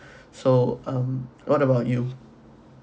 so um what about you